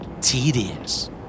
Tedious